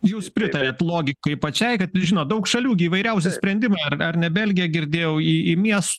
jūs pritariat logikai pačiai kad žinot daug šalių gi įvairiausi sprendimai ar ar ne belgija girdėjau į į mies